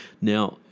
Now